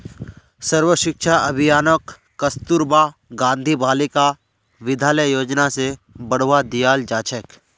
सर्व शिक्षा अभियानक कस्तूरबा गांधी बालिका विद्यालय योजना स बढ़वा दियाल जा छेक